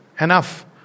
enough